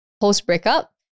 post-breakup